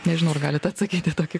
nežinau ar galit atsakyt į tokį